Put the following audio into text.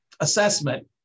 assessment